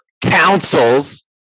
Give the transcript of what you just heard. Councils